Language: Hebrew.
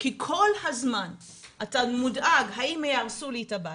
כי כל הזמן אתה מודאג האם יהרסו לי את הבית,